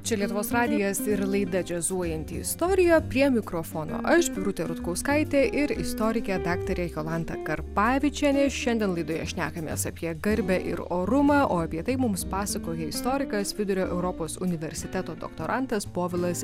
čia lietuvos radijas ir laida džiazuojanti istorija prie mikrofono aš birutė rutkauskaitė ir istorikė daktarė jolanta karpavičienė šiandien laidoje šnekamės apie garbę ir orumą o apie tai mums pasakoja istorikas vidurio europos universiteto doktorantas povilas